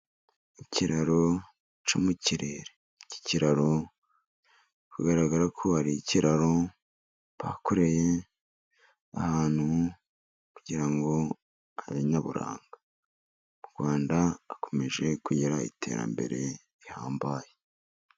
Ikiraro cyo mu kirere, iki kiraro kigaragara ko ari ikiraro bakoreye ahantu kugira ngo habe nyaburanga. U Rwanda rukomeje kugira iterambere rihambaye.